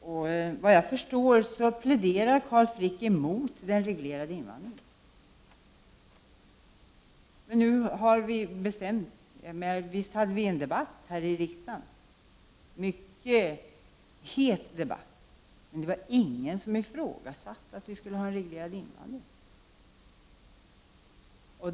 Såvitt jag förstår pläderar Carl Frick emot den reglerade invandringen. Visst hade vi en mycket het debatt här i riksdagen, men ingen ifrågasatte att vi skulle ha en reglerad invandring.